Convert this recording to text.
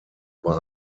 bei